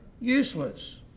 useless